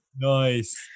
Nice